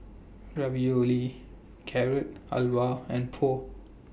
Ravioli Carrot Halwa and Pho